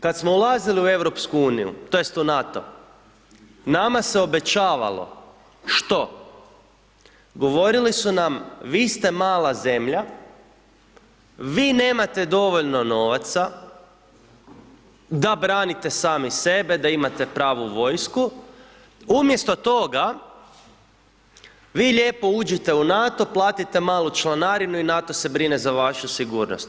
Kad smo ulazili u EU tj. u NATO, nama se obećavalo, što, govorili su nam, vi ste mala zemlja, vi nemate dovoljno novaca da branite sami sebe, da imate pravu vojsku, umjesto toga, vi lijepo uđite u NATO i platite malu članarinu i NATO se brine za vašu sigurnost.